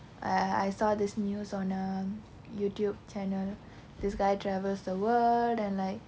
I I saw this news on a youtube channel this guy travels the world and like